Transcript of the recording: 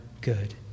good